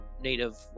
native